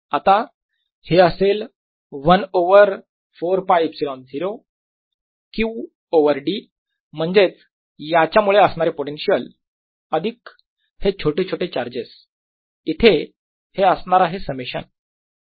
आता हे असेल 1 ओवर 4 πε0 Q ओवर d म्हणजेच याच्या मुळे असणारे पोटेन्शियल अधिक हे छोटे छोटे चार्जेस इथे हे असणार आहे समेशन